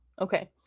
okay